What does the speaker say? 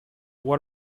what